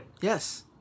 Yes